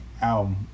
album